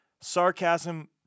Sarcasm